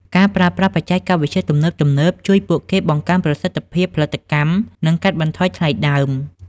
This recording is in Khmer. ការប្រើប្រាស់បច្ចេកវិទ្យាទំនើបៗជួយពួកគេបង្កើនប្រសិទ្ធភាពផលិតកម្ម និងកាត់បន្ថយថ្លៃដើម។